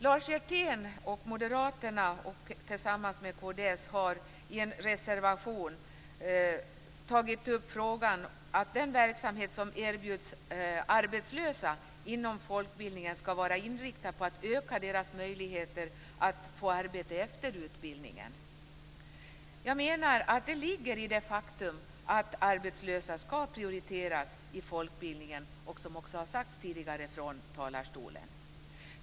Lars Hjertén och Moderaterna har tillsammans med Kristdemokraterna i en reservation tagit upp frågan om att den verksamhet som inom folkbildningen erbjuds arbetslösa skall vara inriktad på att öka deras möjligheter att få arbete efter utbildningen. Jag menar att detta ligger i detta med att arbetslösa skall prioriteras i folkbildningen, som tidigare sagts här från talarstolen.